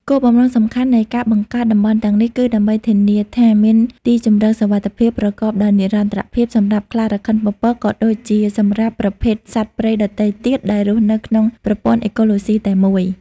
គោលបំណងសំខាន់នៃការបង្កើតតំបន់ទាំងនេះគឺដើម្បី ធានាថាមានទីជម្រកសុវត្ថិភាព ប្រកបដោយនិរន្តរភាពសម្រាប់ខ្លារខិនពពក ក៏ដូចជាសម្រាប់ប្រភេទសត្វព្រៃដទៃទៀតដែលរស់នៅក្នុងប្រព័ន្ធអេកូឡូស៊ីតែមួយ។